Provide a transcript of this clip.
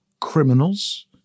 criminals